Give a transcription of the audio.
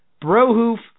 Bro-hoof